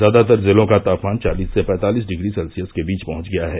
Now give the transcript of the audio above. ज्यादातर जिलों का तापमान चालिस से पैंतालिस डिग्री सेल्सियस के बीच पहंच गया है